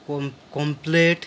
পম complete